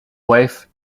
wife